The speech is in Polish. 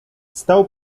stał